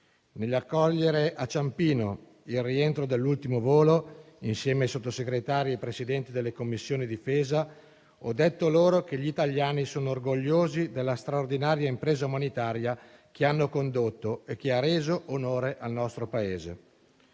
Nell'accogliere a Ciampino il rientro dell'ultimo volo, insieme ai Sottosegretari e ai Presidenti delle Commissioni difesa, ho detto loro che gli italiani sono orgogliosi della straordinaria impresa umanitaria che hanno condotto e che ha reso onore al nostro Paese.